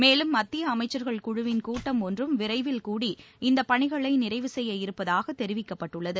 மேலும் மத்திய அமைச்சர்கள் குழுவின் கூட்டம் ஒன்றும் விரைவில் கூடி இந்தப் பணிகளை நிறைவு செய்ய இருப்பதாகத் தெரிவிக்கப்பட்டுள்ளது